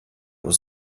was